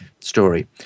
story